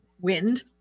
wind